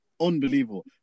unbelievable